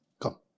come